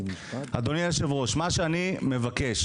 אדוני היושב-ראש, מה שאני מבקש